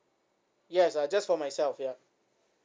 yes uh just for myself ya